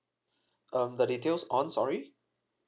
um the details on sorry